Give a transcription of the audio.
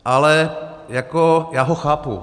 Ale jako... já ho chápu.